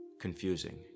confusing